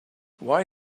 why